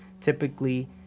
typically